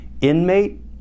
inmate